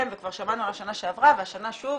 וכבר שמענו עליו שנה שעברה והשנה שוב,